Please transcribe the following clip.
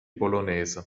bolognese